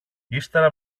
ύστερα